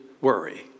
worry